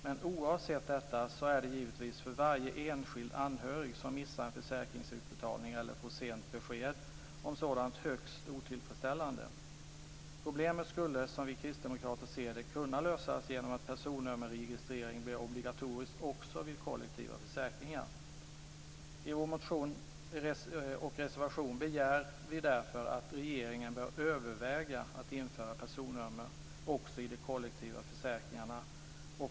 Men oavsett detta är det givetvis för varje enskild anhörig som missar en försäkringsutbetalning eller får sent besked om en sådan högst otillfredsställande. Problemet skulle, som vi kristdemokrater ser det, kunna lösas genom att personnummerregistrering blir obligatorisk också vid kollektiva försäkringar. I vår motion och reservation begär vi därför att regeringen bör överväga att det blir obligatoriskt att införa personnummer också i de kollektiva försäkringarna.